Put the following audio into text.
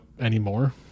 anymore